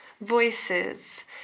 voices